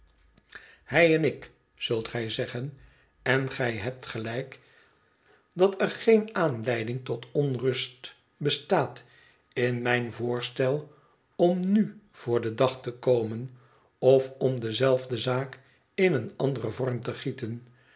hij en ik zult gij zeggen en gij hebt gelijk dat er geene aanleiding tot onrust bestaat in mijn voorstel om nu voor den dag te komen of om dezelfde zaak in een anderen vorm te gieten